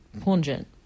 pungent